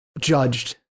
judged